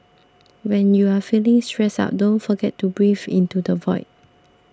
when you are feeling stressed out don't forget to breathe into the void